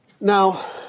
Now